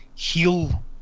heal